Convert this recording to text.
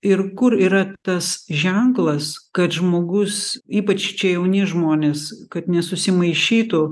ir kur yra tas ženklas kad žmogus ypač čia jauni žmonės kad nesusimaišytų